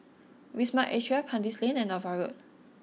Wisma Atria Kandis Lane and Ava Road